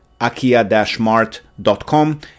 akia-mart.com